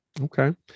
okay